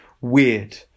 weird